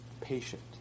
patient